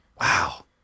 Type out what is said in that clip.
Wow